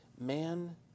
man